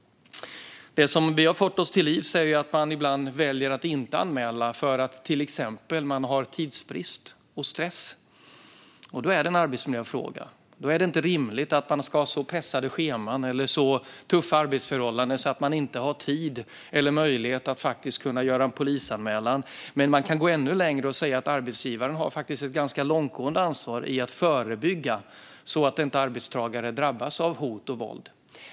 Det som vi har fått oss till livs är att man ibland väljer att inte anmäla därför att man till exempel har tidsbrist och känner stress. Då är det en arbetsmiljöfråga. Det är inte rimligt att man ska ha så pressade scheman eller så tuffa arbetsförhållanden att man inte har tid eller möjlighet att göra en polisanmälan. Man kan gå ännu längre och säga att arbetsgivaren faktiskt har ett ganska långtgående ansvar i att förebygga så att arbetstagare inte drabbas av hot och våld.